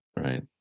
Right